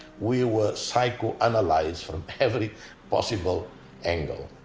we were psychoanalysed from every possible angle.